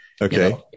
okay